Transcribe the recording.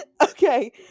okay